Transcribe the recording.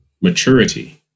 maturity